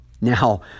Now